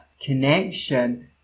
connection